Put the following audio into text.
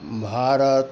Bharat